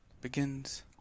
begins